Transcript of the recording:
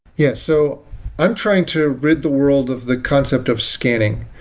yeah. so i'm trying to rid the world of the concept of scanning.